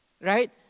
right